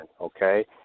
okay